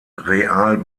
real